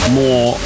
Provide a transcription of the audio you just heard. more